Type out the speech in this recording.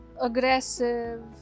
aggressive